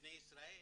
לבני ישראל